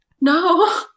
no